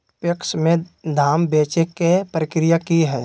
PACS में धाम बेचे के प्रक्रिया की हय?